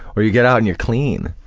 or you get out and you're clean.